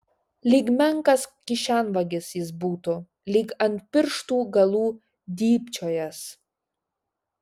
lyg menkas kišenvagis jis būtų lyg ant pirštų galų dybčiojąs